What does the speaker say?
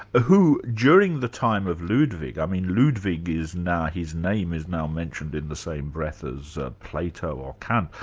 who during the time of ludwig, i mean ludwig is now his name is now mentioned in the same breath as plato or kant,